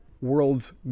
world's